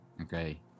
Okay